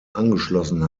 angeschlossen